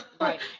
right